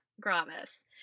gravis